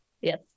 Yes